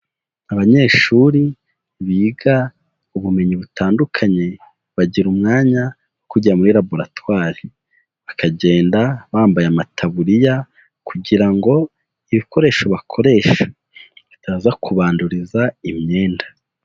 Abanyeshuri biga ubumenyi butandukanye bagira umwanya wo kujya muri laboratwari. Bakagenda bambaye amataburiya, kugira ngo ibikoresho bakoresha bitaza kubanduriza imyenda.